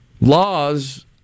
laws